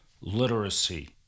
literacy